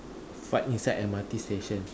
fart inside M_R_T station